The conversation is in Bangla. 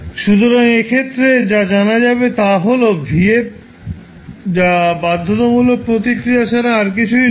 সুতরাং এ ক্ষেত্রে যা জানা যাবে তা হল v f যা বাধ্যতামূলক প্রতিক্রিয়া ছাড়া আর কিছুই নয়